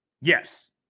Yes